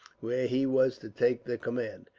where he was to take the command.